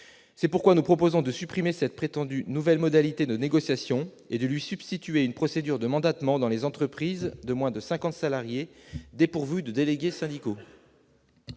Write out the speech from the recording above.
C'est pourquoi nous proposons de supprimer cette prétendue nouvelle modalité de négociation et de lui substituer une procédure de mandatement dans les entreprises de moins de 50 salariés dépourvues de délégué syndical.